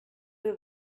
were